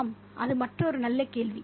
ஆம் அது மற்றொரு நல்ல கேள்வி